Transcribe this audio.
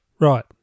Right